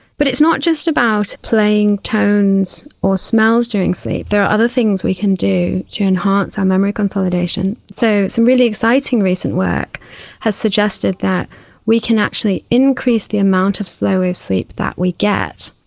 but it's not just about playing tones or smells during sleep, there are other things we can do to enhance our memory consolidation. so some really exciting recent work has suggested that we can actually increase the amount of slow wave sleep that we get,